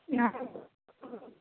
नाम